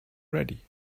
ready